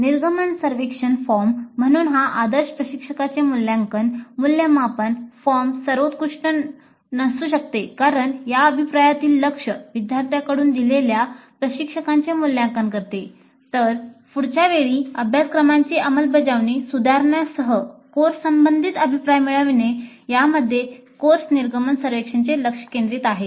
निर्गमन सर्व्हेक्षण फॉर्म म्हणून हा आदर्श प्रशिक्षकाचे मूल्यांकन मूल्यमापन फॉर्म सर्वोत्कृष्ट नसू शकते कारण या अभिप्रायातील लक्ष विद्यार्थ्याकडून दिलेल्या प्रशिक्षकाचे मूल्यांकन असते तर पुढच्या वेळी अभ्यासक्रमाची अंमलबजावणी सुधारण्यासह कोर्ससंबंधित अभिप्राय मिळवणे यामध्ये कोर्स निर्गमन सर्वेक्षणचे लक्ष केंद्रीत आहे